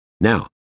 Now